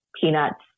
peanuts